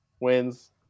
Wins